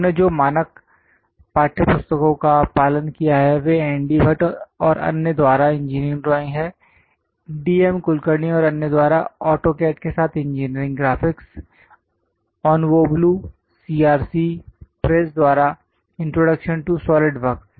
हमने जो मानक पाठ्य पुस्तकों का पालन किया है वे एन डी भट्ट और अन्य द्वारा इंजीनियरिंग ड्राइंग हैं डी एम कुलकर्णी और अन्य द्वारा ऑटोकैड के साथ engineering graphics Onwubolu CRC press द्वारा इंट्रोडक्शन टू सॉलिडवर्क्स